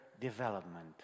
development